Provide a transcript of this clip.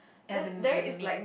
ya the the main